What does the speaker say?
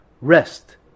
rest